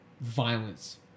violence